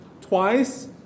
twice